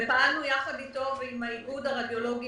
ופעלנו יחד איתו ועם האיגוד הרדיולוגי,